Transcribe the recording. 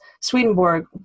Swedenborg